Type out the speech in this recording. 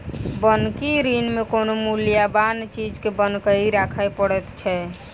बन्हकी ऋण मे कोनो मूल्यबान चीज के बन्हकी राखय पड़ैत छै